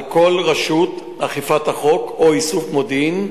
על כל רשות אכיפת חוק או איסוף מודיעין,